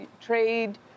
trade